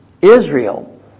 Israel